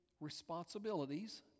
responsibilities